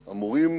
אמורים,